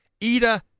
Eda